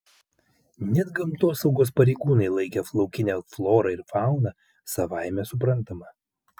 net gamtosaugos pareigūnai laikė laukinę florą ir fauną savaime suprantama